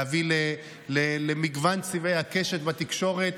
להביא למגוון צבעי הקשת בתקשורת,